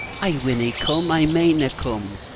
i winna come, i mayna come,